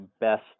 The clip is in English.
best